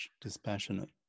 dispassionate